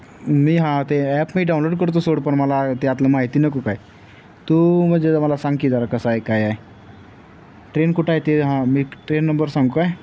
मी हां ते ॲप मी डाउनलोड करतो सोड पण मला त्यातलं माहिती नको काय तू म्हणजे मला सांग की जरा कसं आहे काय ट्रेन कुठं आहे ते हां मी ट्रेन नंबर सांगू काय